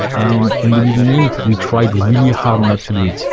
and in the beginning, we tried really hard not to do it.